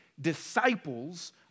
disciples